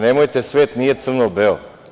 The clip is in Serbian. Nemojte, svet nije crno-beo.